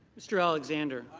mr. alexander.